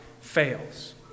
fails